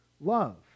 love